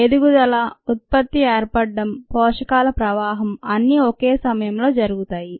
ఎదుగుదల ఉత్పత్తి ఏర్పడటం పోషకాల ప్రవాహం అన్నీ ఒకే సమయంలో జరుగుతాయి